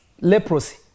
leprosy